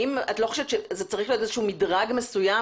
את לא חושבת שצריך להיות איזשהו מדרג מסוים